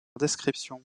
description